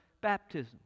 baptism